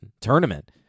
tournament